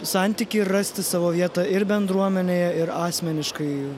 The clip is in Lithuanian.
santykį ir rasti savo vietą ir bendruomenėje ir asmeniškai